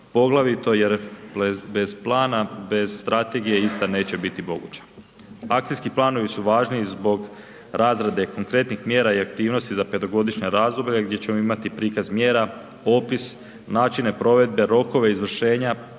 jer bez Plana, bez Strategije, ista neće biti moguća. Akcijski planovi su važni i zbog razrade konkretnih mjera i aktivnosti za petogodišnja razdoblja gdje ćemo imati prikaz mjera, opis, načine provedbe, rokove izvršenja,